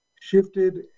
shifted